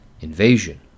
invasion